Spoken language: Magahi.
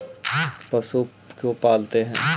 पशु क्यों पालते हैं?